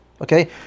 Okay